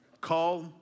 Call